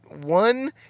one